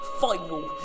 final